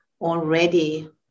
already